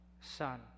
Son